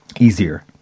easier